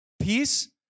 peace